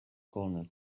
corner